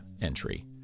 entry